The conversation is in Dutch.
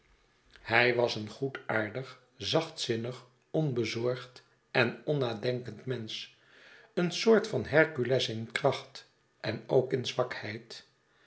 hij was een goedaardig zachtzinnig onbezorgd en onnadenkend mensch een soort van hercules in kracht en ook in zwakheid